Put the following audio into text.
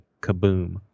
kaboom